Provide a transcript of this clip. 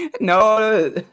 No